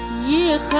ye a